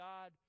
God